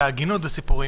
הגינות וסיפורים.